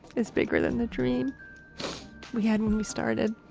is bigger than the dream we had when we started